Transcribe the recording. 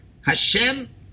Hashem